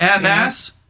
MS